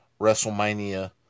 WrestleMania